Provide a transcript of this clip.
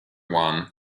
one